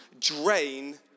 drain